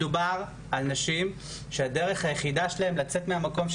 מדובר על נשים שהדרך היחידה שלהן לצאת מהמקום,